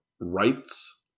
rights